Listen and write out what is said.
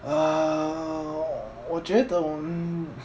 err 我觉得